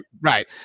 right